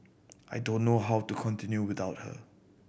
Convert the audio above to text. I don't know how to continue without her